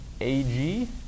Ag